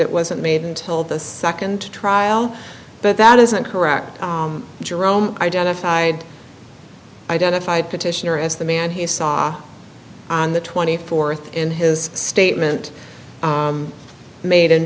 it wasn't made until the second trial but that isn't correct jerome identified identified petitioner as the man he saw on the twenty fourth in his statement made in